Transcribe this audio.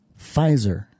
Pfizer